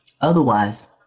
Otherwise